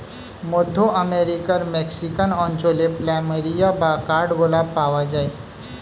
মধ্য আমেরিকার মেক্সিকান অঞ্চলে প্ল্যামেরিয়া বা কাঠ গোলাপ পাওয়া যায়